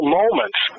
moments